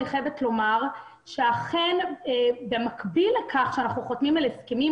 אני חייבת לומר שאכן במקביל לכך שאנחנו חותמים על הסכמים,